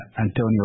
Antonio